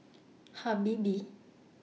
Habibie